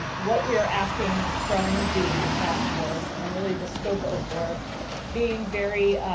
what we are asking from the task force and really this scope of work being very